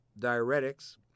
diuretics